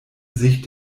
sich